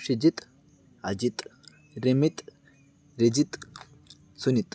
Shijith Ajith Ramith Rajith Sunith